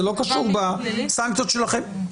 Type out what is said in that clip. זה לא קשור בסנקציות שלכם.